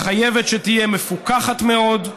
חייבת שתהיה מפוקחת מאוד,